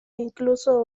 incluso